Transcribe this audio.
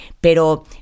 pero